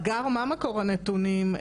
הגר מה מקור הנתונים?